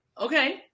Okay